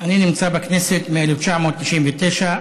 שאני נמצא בכנסת מ-1999,